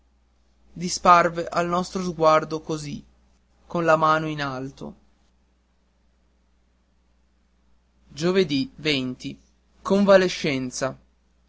e disparve al nostro sguardo così con la mano in alto onvalescenza giovedì